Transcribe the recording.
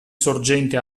sorgente